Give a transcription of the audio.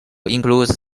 includes